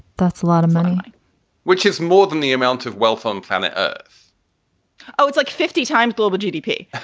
that's a lot of money, right which is more than the amount of wealth on planet earth oh, it's like fifty times global gdp.